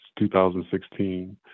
2016